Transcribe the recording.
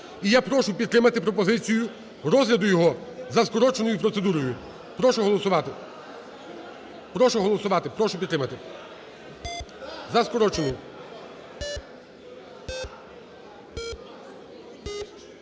І я прошу підтримати пропозицію розгляду його за скороченою процедурою. Прошу голосувати, прошу голосувати, прошу підтримати за скорочену.